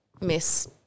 Miss